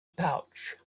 pouch